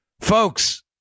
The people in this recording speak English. folks